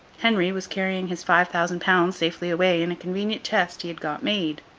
henry was carrying his five thousand pounds safely away in a convenient chest he had got made.